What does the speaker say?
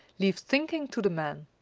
leave thinking to the men.